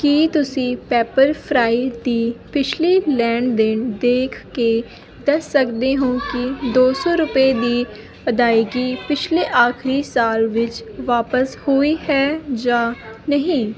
ਕੀ ਤੁਸੀਂਂ ਪੈਪਰਫਰਾਈ ਦੀ ਪਿਛਲੀ ਲੈਣ ਦੇਣ ਦੇਖ ਕੇ ਦੱਸ ਸਕਦੇ ਹੋ ਕਿ ਦੋ ਸੌ ਰੁਪਏ ਦੀ ਅਦਾਇਗੀ ਪਿਛਲੇ ਆਖਰੀ ਸਾਲ ਵਿੱਚ ਵਾਪਸ ਹੋਈ ਹੈ ਜਾਂ ਨਹੀਂ